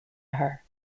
her